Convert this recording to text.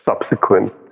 subsequent